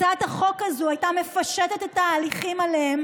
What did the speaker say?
הצעת החוק הזאת הייתה מפשטת את ההליכים עליהם